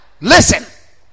listen